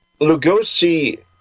Lugosi